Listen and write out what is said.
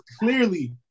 clearly